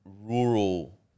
rural